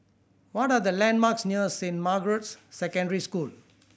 what are the landmarks near Saint Margaret's Secondary School